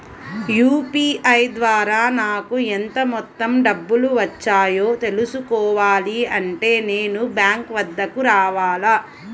UPI ద్వారా నాకు ఎంత మొత్తం డబ్బులు వచ్చాయో తెలుసుకోవాలి అంటే నేను బ్యాంక్ వద్దకు రావాలా?